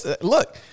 look